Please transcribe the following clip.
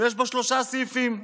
יש בו שלושה סעיפים: